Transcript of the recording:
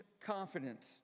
confidence